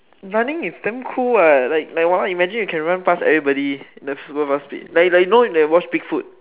running is damn cool what like like imagine you can run pass everybody like the super fast speed like like you know there was big foot